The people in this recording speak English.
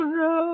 no